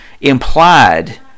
implied